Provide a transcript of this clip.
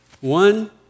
One